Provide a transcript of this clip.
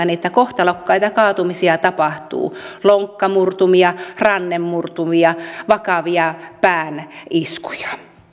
niitä kohtalokkaita kaatumisia tapahtuu lonkkamurtumia rannemurtumia vakavia päähän iskuja